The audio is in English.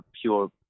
pure